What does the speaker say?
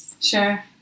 sure